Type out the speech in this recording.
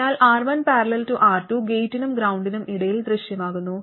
അതിനാൽ R1 || R2 ഗേറ്റിനും ഗ്രൌണ്ടിനും ഇടയിൽ ദൃശ്യമാകുന്നു